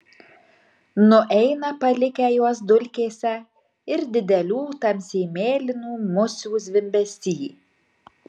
nueina palikę juos dulkėse ir didelių tamsiai mėlynų musių zvimbesy